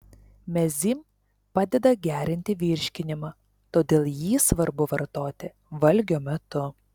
mezym padeda gerinti virškinimą todėl jį svarbu vartoti valgio metu